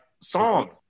song